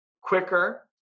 quicker